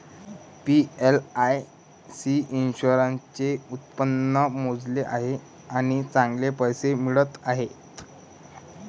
मी एल.आई.सी इन्शुरन्सचे उत्पन्न मोजले आहे आणि चांगले पैसे मिळत आहेत